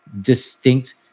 distinct